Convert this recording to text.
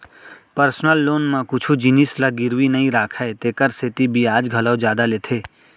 personal loan म कुछु जिनिस ल गिरवी नइ राखय तेकर सेती बियाज घलौ जादा लेथे